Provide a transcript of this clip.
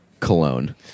cologne